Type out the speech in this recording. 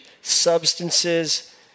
Substances